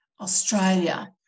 Australia